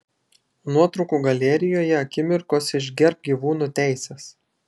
nuotraukų galerijoje akimirkos iš gerbk gyvūnų teises